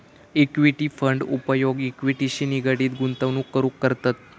equity fund उपयोग इक्विटीशी निगडीत गुंतवणूक करूक करतत